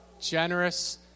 Generous